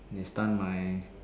they stun my